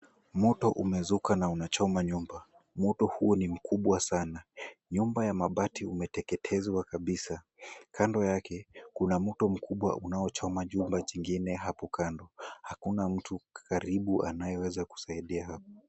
Moto umezuka na unachoma nyumba. Moto huo ni mkubwa sana. Nyumba ya mabati umeteketezwa kabisa. Kando yake, kuna mto mkubwa unaochoma jumba jingine hapo kando. Hakuna mtu karibu anayeweza kusaidia hapa.